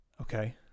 Okay